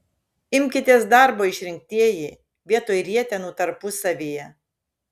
imkitės darbo išrinktieji vietoj rietenų tarpusavyje